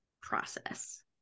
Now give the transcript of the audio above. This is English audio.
process